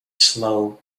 slow